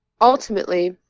ultimately